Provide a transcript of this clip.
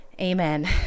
amen